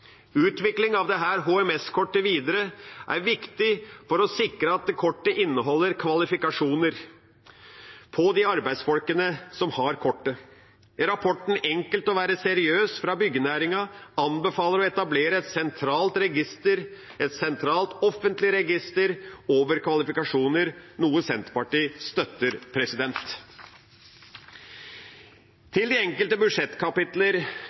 Utvikling av dette HMS-kortet er viktig for å sikre at kortet inneholder kvalifikasjonene til de arbeidsfolkene som har kortet. Rapporten Enkelt å være seriøs fra Byggenæringens landsforening anbefaler å etablere et sentralt offentlig register over kvalifikasjoner, noe Senterpartiet støtter. Når det gjelder de enkelte budsjettkapitler,